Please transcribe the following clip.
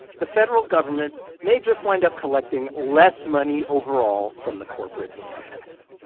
the federal government may just wind up collecting less money overall from the corporate income tax